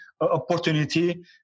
opportunity